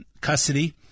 custody